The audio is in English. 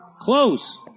Close